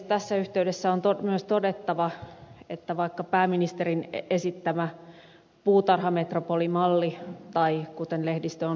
tässä yhteydessä on myös todettava että vaikka pääministerin esittämä puutarhametropolimalli tai kuten lehdistö on leimannut